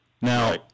Now